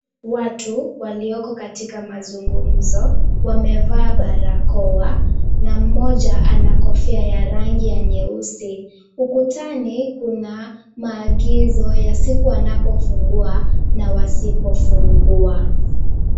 Watu walioko katika mazungumzo wamevaa barakoa na mmoja ana kofia ya rangi ya nyeusi. Ukutani kuna maagizo ya siku anapofungua na wasipofungua.